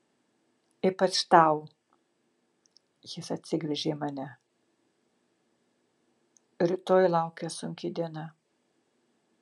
ypač tau jis atsigręžia į mane rytoj laukia sunki diena